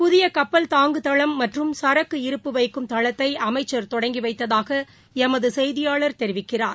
புதியகப்பல் தாங்கு தளம் மற்றும் சரக்கு இருப்பு வைக்கும் தளத்தைஅமைச்சா் தொடங்கிவைத்ததாகஎமதுசெய்தியாளர் தெரிவிக்கிறார்